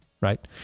right